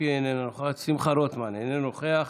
איננה נוכחת, שמחה רוטמן, איננו נוכח,